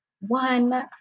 one